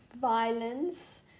violence